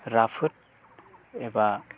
राफोद एबा